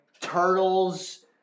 turtles